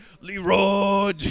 Leroy